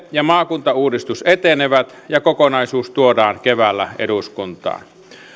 ja maakuntauudistus etenevät ja kokonaisuus tuodaan keväällä eduskuntaan